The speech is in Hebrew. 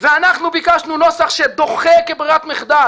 אנחנו ביקשנו נוסח שדוחה כברירת מחדל